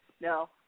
No